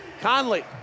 Conley